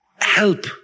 Help